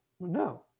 No